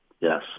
Yes